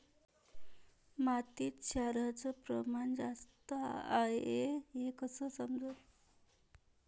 मातीत क्षाराचं प्रमान जास्त हाये हे कस समजन?